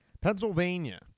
Pennsylvania